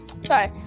sorry